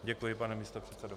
Děkuji, pane místopředsedo.